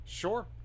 sure